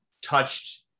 touched